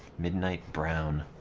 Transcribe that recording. midnight brown